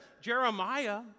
Jeremiah